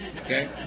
Okay